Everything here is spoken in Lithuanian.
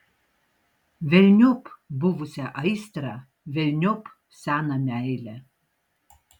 velniop buvusią aistrą velniop seną meilę